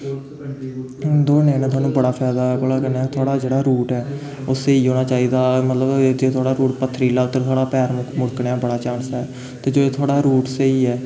दौड़ने नै थुहानूं बड़ा फायदा ऐ भला कन्नै थुआढ़ा जेह्ड़ा रूट ऐ ओह् स्हेई होना चाहिदी मतलब जे थुआढ़ा रूट पथरीला ऐ ते थुआढ़ा पैर मुड़कने दा बड़ा चांस ऐ ते जे थुआढ़ा रूट स्हेई ऐ